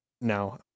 No